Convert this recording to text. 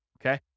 Okay